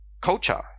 culture